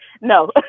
No